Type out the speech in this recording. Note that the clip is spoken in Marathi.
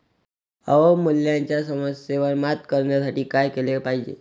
अवमूल्यनाच्या समस्येवर मात करण्यासाठी काय केले पाहिजे?